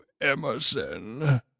Emerson